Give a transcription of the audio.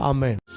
Amen